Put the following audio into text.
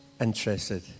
interested